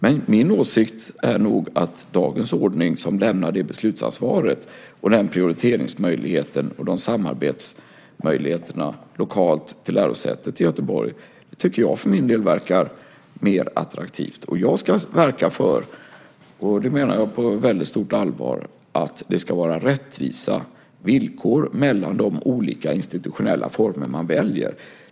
Men min åsikt är nog att dagens ordning som lämnar det beslutsansvaret, den prioriteringsmöjligheten och de samarbetsmöjligheterna lokalt till lärosätet i Göteborg verkar vara mer attraktivt. Och jag ska verka för, och det menar jag på väldigt stort allvar, att det ska vara rättvisa villkor mellan de olika institutionella former som man väljer.